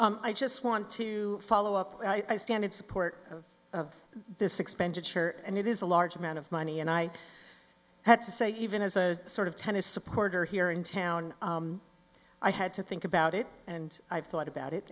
seven i just want to follow up i stand in support of this expenditure and it is a large amount of money and i had to say even as a sort of tennis supporter here in town i had to think about it and i've thought about it